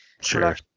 sure